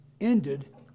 ended